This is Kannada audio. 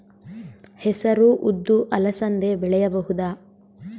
ಹೆಸರು ಉದ್ದು ಅಲಸಂದೆ ಬೆಳೆಯಬಹುದಾ?